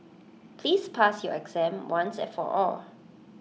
please pass your exam once and for all